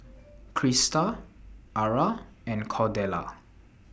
Crysta Ara and Cordella